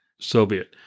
Soviet